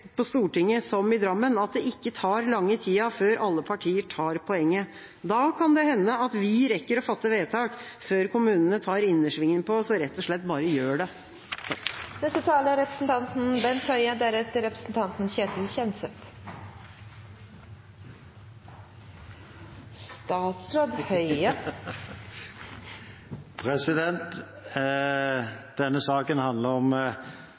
på Stortinget som i Drammen, at det ikke tar lange tida før alle partier tar poenget. Da kan det hende at vi rekker å fatte vedtak før kommunene tar innersvingen på oss og rett og slett bare gjør det. Denne saken handler om